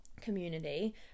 community